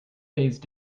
phase